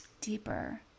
deeper